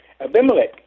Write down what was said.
Abimelech